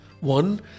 one